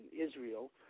Israel